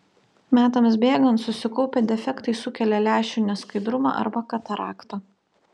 metams bėgant susikaupę defektai sukelia lęšių neskaidrumą arba kataraktą